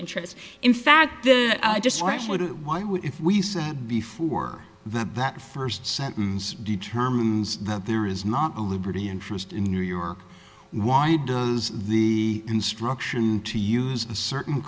interest in fact that i just actually why would if we said before that that first sentence determines that there is not a liberty interest in new york why does the instruction to use a certain